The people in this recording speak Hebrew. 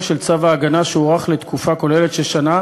של צו ההגנה שהוארך לתקופה כוללת של שנה